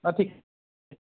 অঁ ঠিক